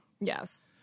Yes